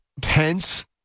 tense